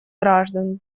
граждан